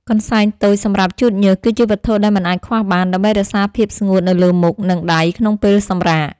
កន្សែងតូចសម្រាប់ជូតញើស គឺជាវត្ថុដែលមិនអាចខ្វះបាន ដើម្បីរក្សាភាពស្ងួតនៅលើមុខ និងដៃក្នុងពេលសម្រាក។